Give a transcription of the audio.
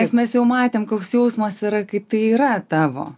nes mes jau matėme koks jausmas yra kai tai yra tavo